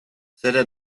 ზედა